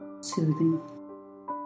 soothing